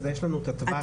אז יש לנו את הטווח.